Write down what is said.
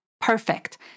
perfect